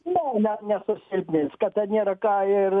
ne ne nesusilpnins kad ten nėra ką ir